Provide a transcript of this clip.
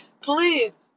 Please